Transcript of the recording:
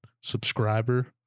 Subscriber